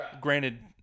Granted